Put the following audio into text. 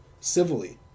civilly